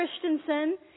Christensen